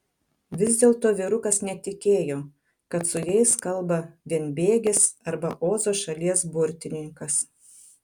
vis dėlto vyrukas netikėjo kad su jais kalba vienbėgis arba ozo šalies burtininkas